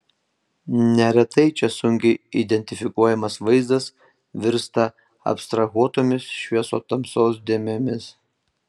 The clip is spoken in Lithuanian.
neretai čia sunkiai identifikuojamas vaizdas virsta abstrahuotomis šviesotamsos dėmėmis